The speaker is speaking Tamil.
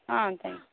ஆ தேங்க்ஸ்